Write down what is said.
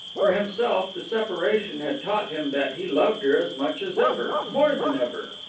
for himself, the separation had taught him that he loved her as much as ever, more than ever.